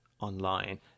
online